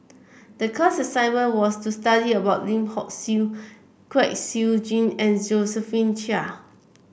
the class assignment was to study about Lim Hock Siew Kwek Siew Jin and Josephine Chia